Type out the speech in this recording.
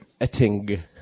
Etting